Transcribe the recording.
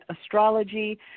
Astrology